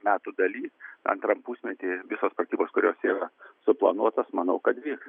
metų daly antram pusmety visos pratybos kurios yra suplanuotos manau kad vyks